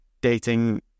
dating